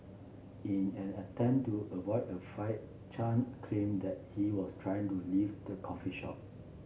in an attempt to avoid a fight Chen claimed that he was trying to leave the coffee shop